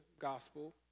gospel